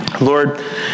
Lord